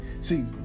See